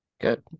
Good